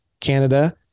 canada